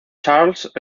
charles